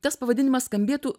tas pavadinimas skambėtų